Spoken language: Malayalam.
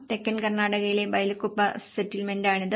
തെക്കൻ കർണാടകയിലെ ബൈലക്കുപ്പെ സെറ്റിൽമെന്റാണിത്